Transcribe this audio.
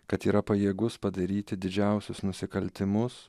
kad yra pajėgus padaryti didžiausius nusikaltimus